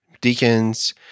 deacons